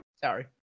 Sorry